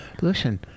listen